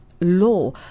law